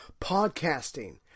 podcasting